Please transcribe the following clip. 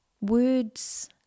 Words